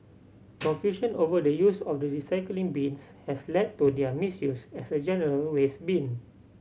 confusion over the use of the recycling bins has led to their misuse as a general waste bin